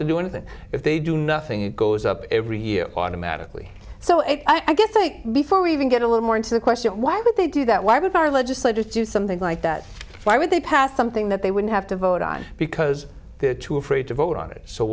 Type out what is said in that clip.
to do anything if they do nothing it goes up every year automatically so i get think before we even get a little more into the question why did they do that why would our legislators do something like that why would they pass something that they wouldn't have to vote on because they're too afraid to vote on it so